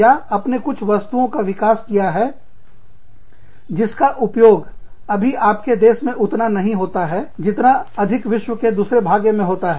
या आपने कुछ वस्तुओं का विकास किया है जिसका उपयोग अभी आपके अपने देश उतना अधिक नहीं होता है जितना अधिक विश्व के दूसरे भाग में होता है